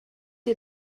ihr